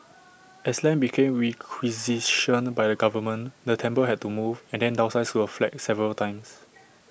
as land became requisitioned by the government the temple had to move and then downsize to A flat several times